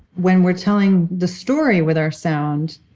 when we're telling the story with our sound,